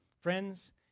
Friends